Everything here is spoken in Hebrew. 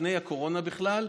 לפני הקורונה בכלל,